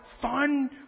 Fun